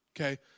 okay